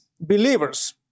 Believers